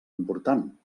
important